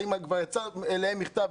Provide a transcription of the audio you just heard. האם כבר יצא אליהם מכתב,